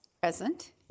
Present